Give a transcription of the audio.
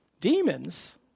Demons